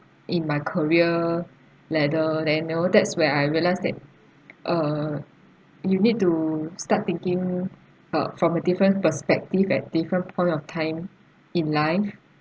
in my career ladder then you know that's when I realised that uh you need to start thinking ah from a different perspective at different point of time in life